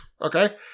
Okay